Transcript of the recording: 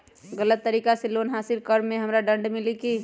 गलत तरीका से लोन हासिल कर्म मे हमरा दंड मिली कि?